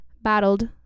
battled